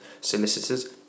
solicitors